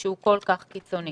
שהוא כל כך קיצוני.